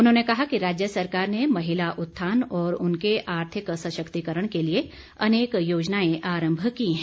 उन्होंने कहा कि राज्य सरकार ने महिला उत्थान और उनके आर्थिक सशक्तिकरण के लिए अनेक योजनाएं आरम्भ की है